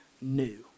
new